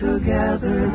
Together